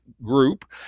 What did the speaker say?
Group